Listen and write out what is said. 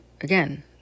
again